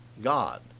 God